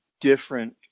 different